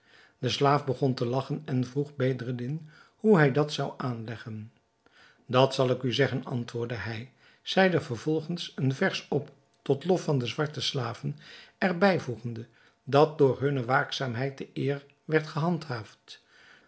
de slaaf begon te lagchen en vroeg bedreddin hoe hij dat zou aanleggen dat zal ik u zeggen antwoordde hij zeide vervolgens een vers op tot lof van de zwarte slaven er bijvoegende dat door hunne waakzaamheid de eer werd gehandhaafd